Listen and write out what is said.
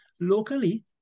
locally